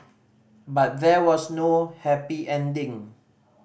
but there was no happy ending